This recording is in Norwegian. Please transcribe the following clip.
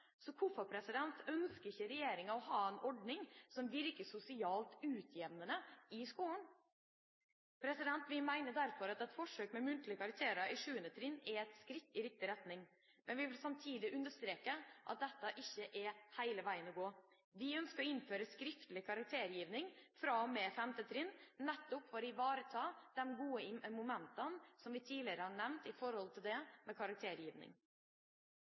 Så hvorfor ønsker ikke regjeringa å ha en ordning som virker sosialt utjevnende i skolen? Vi mener derfor at forsøk med muntlige karakterer på 7. trinn er et skritt i riktig retning, men vi vil samtidig understreke at dette ikke helt er veien å gå. Vi ønsker å innføre skriftlig karaktergivning fra og med 5. trinn, nettopp for å ivareta de gode momentene som vi tidligere har nevnt i forbindelse med karaktergivning. Ønsker representanten å ta opp et forslag, sånn at det